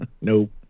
Nope